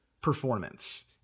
performance